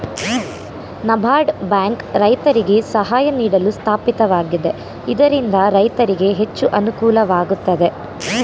NABARD bank ರೈತರಿಗೆ ಸಹಾಯ ನೀಡಲು ಸ್ಥಾಪಿತವಾಗಿದೆ ಇದರಿಂದ ರೈತರಿಗೆ ಹೆಚ್ಚು ಅನುಕೂಲವಾಗುತ್ತದೆ